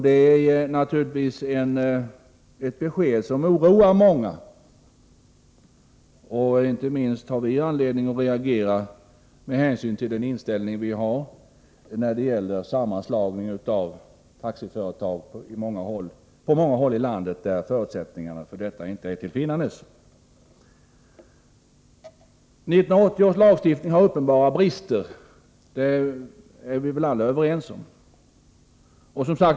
Det är naturligtvis ett besked som oroar många. Inte minst från centern har vi anledning att reagera med hänsyn till den inställning vi har när det gäller sammanslagning av taxiföretag.1980 års lagstiftning har uppenbara brister — det borde alla vara överens om.